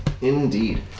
Indeed